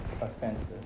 offensive